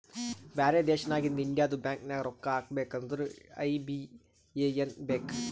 ಬ್ಯಾರೆ ದೇಶನಾಗಿಂದ್ ಇಂಡಿಯದು ಬ್ಯಾಂಕ್ ನಾಗ್ ರೊಕ್ಕಾ ಹಾಕಬೇಕ್ ಅಂದುರ್ ಐ.ಬಿ.ಎ.ಎನ್ ಬೇಕ್